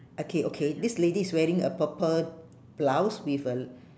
okay okay this lady is wearing a purple blouse with a l~